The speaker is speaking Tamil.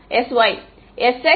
மாணவர் sx sy